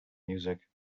music